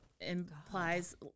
implies